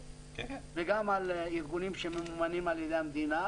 וגם על ארגונים שממומנים על ידי המדינה,